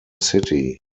city